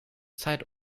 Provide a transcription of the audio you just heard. zeit